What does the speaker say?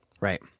Right